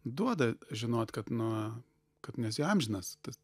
duoda žinot kad nu kad nesi amžinas tas